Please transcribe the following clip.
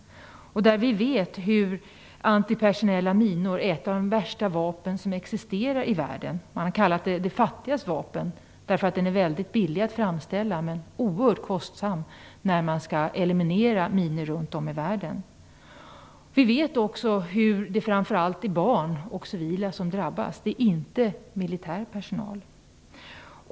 Vi vet att antipersonella minor är ett av de värsta vapen som existerar i världen. De har kallats "de fattigas vapen" därför att de är väldigt billiga att framställa, men det är oerhört kostsamt att eliminera minor runt om i världen. Vi vet också att det framför allt är barn och civila som drabbas. Det är inte militär personal.